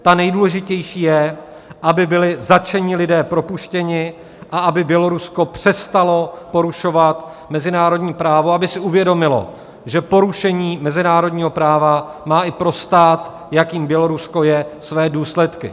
Ta nejdůležitější je, aby byli zatčení lidé propuštěni a aby Bělorusko přestalo porušovat mezinárodní právo, aby si uvědomilo, že porušení mezinárodního práva má i pro stát, jakým Bělorusko je, své důsledky.